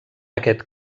aquest